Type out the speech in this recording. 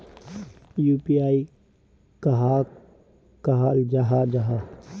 UPI कहाक कहाल जाहा जाहा?